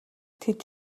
тэд